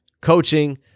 coaching